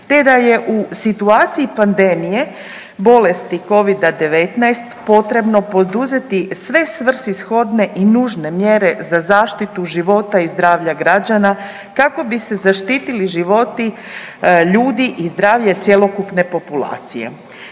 te da je u situaciji pandemije bolesti Covida-19 potrebno poduzeti sve svrsishodne i nužne mjere za zaštitu života i zdravlja građana kako bi se zaštitili životi ljudi i zdravlje cjelokupne populacije.